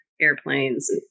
airplanes